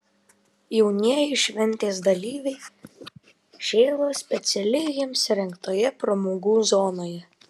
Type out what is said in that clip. jaunieji šventės dalyviai šėlo specialiai jiems įrengtoje pramogų zonoje